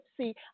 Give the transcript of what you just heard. See